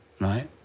Right